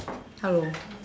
hello